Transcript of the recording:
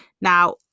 Now